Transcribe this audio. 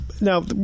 Now